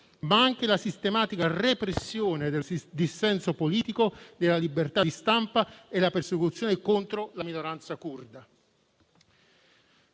ma anche la sistematica repressione del dissenso politico e della libertà di stampa e la persecuzione contro la minoranza curda.